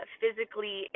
physically